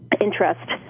interest